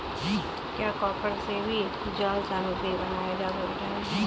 क्या कॉपर से भी जाल सामग्री बनाए जा रहे हैं?